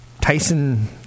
Tyson